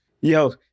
Yo